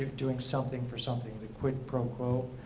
doing something for something, the quid pro quo.